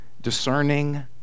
discerning